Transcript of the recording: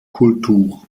kultur